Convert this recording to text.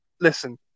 listen